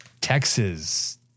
Texas